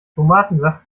tomatensaft